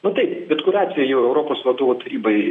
nu taip bet kuriuo atveju europos vadovų tarybai